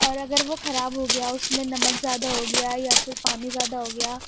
اور اگر وہ خراب ہوگیا اس میں نمک زیادہ ہوگیا یا پھر پانی زیادہ ہوگیا